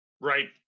right